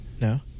No